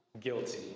guilty